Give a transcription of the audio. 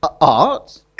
art